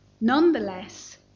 Nonetheless